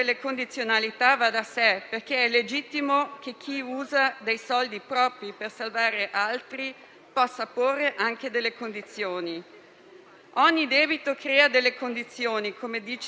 Ogni debito crea delle condizioni, come dice giustamente Giovanni Toti. Se ci battiamo per un cosiddetto nuovo MES, forse la cosa più importante sarebbe cambiarne il nome,